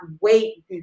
wait